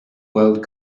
world